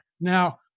Now